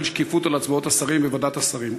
שקיפות על הצבעות השרים בוועדת השרים,